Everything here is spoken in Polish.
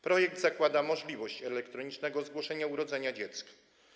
Projekt zakłada możliwość elektronicznego zgłoszenia urodzenia dziecka.